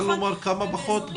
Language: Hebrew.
בכמה פחות,